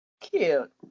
Cute